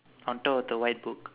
on top of the white book